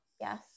yes